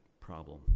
problem